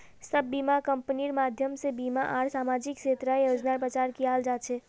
सब बीमा कम्पनिर माध्यम से बीमा आर सामाजिक क्षेत्रेर योजनार प्रचार कियाल जा छे